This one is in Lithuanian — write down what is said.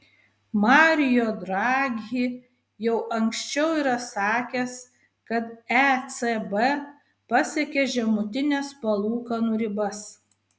mario draghi jau anksčiau yra sakęs kad ecb pasiekė žemutines palūkanų ribas